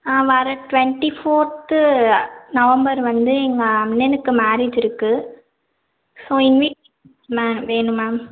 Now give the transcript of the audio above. ஆ வர twenty fourth November வந்து எங்கள் அண்ணனுக்கு மேரேஜ் இருக்குது ஸோ இன்வி மேம் வேணும் மேம்